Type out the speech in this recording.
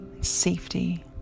safety